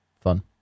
fun